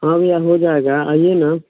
हाँ भैया हो जाएगा आइए ना